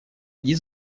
иди